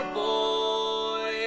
boy